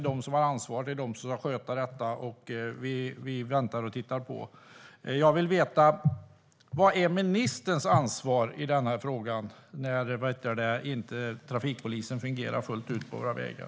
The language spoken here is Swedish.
Den har ansvaret och ska sköta detta medan ministern väntar och tittar på. Vad är ministerns ansvar för att trafikpolisen inte fungerar fullt ut på våra vägar?